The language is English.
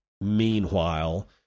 Meanwhile